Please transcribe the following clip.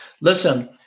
Listen